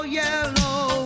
yellow